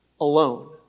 alone